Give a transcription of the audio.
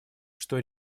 что